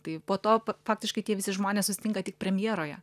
tai po to faktiškai tie visi žmonės susitinka tik premjeroje